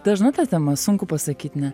dažna ta tema sunku pasakyt ne